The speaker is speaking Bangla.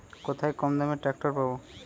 কোথায় কমদামে ট্রাকটার পাব?